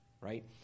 right